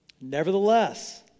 Nevertheless